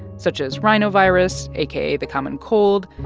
such as rhino virus, aka the common cold,